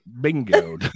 Bingo